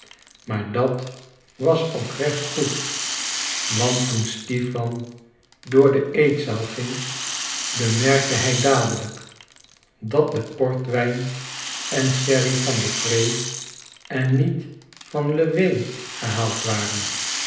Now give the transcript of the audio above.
maar dat was ook recht goed want toen stipan door de eetzaal ging bemerkte hij dadelijk dat de portwijn en sherry van depré en niet van lewé gehaald waren